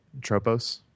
Tropos